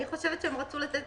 אני חושבת.